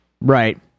Right